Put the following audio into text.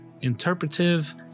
interpretive